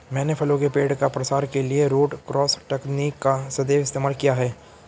मैंने फलों के पेड़ का प्रसार के लिए रूट क्रॉस तकनीक का सदैव इस्तेमाल किया है